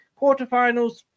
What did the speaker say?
quarterfinals